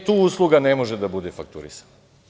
E, tu usluga ne može da bude fakturisana.